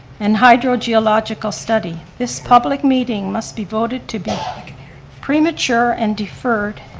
and hydrogeological study, this public meeting must be voted to be premature and deferred,